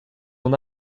will